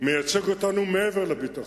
על ענייני ביטחון, מייצג אותנו מעבר לביטחון,